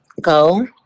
go